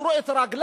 קשרה את רגליו,